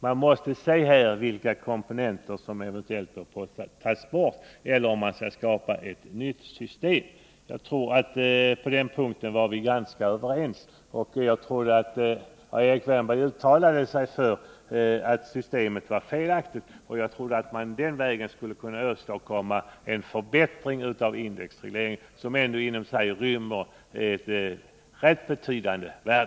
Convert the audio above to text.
Man måste se vilka komponenter som eventuellt bör tas bort eller om ett nytt system skall skapas. På den punkten trodde jag vi var överens. Jag anser att man på den vägen kan åstadkomma en förbättring av indexregleringen, som ändå i sig rymmer rätt betydande värden.